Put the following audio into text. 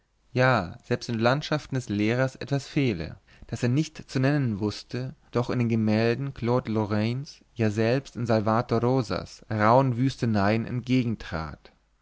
ja selbst den landschaften des lehrers etwas fehle das er nicht zu nennen wußte und das ihm doch in gemälden claude lorrains ja selbst in salvator rosas rauhen wüsteneien